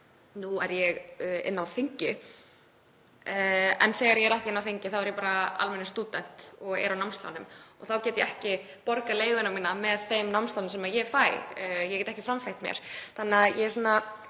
Nú er ég á þingi en þegar ég er ekki inni á þingi þá er ég bara almennur stúdent og er á námslánum og þá get ég ekki borgað leiguna mína með þeim námslánum sem ég fæ, ég get ekki framfleytt mér.